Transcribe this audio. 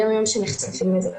כי הם אלה שנחשפים לזה.